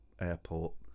Airport